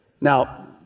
Now